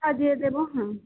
তা দিয়ে দেব হ্যাঁ